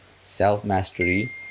self-mastery